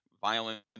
violent